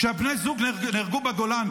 כשבני הזוג ברנס נהרגו בגולן,